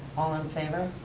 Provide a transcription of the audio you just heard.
all in favor.